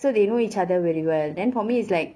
so they know each other very well then for me is like